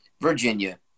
Virginia